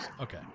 okay